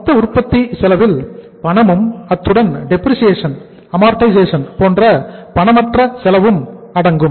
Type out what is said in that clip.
மொத்த உற்பத்தி செலவில் பணமும் அத்துடன் டெப்ரிசியேஷன் போன்ற பணமற்ற செலவும் அடங்கும்